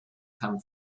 come